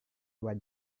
dua